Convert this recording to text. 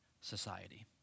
society